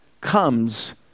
comes